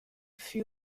fut